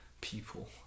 people